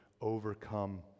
Overcome